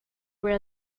were